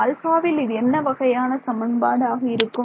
alpha வில் இது என்ன வகையான சமன்பாடு ஆக இருக்கும்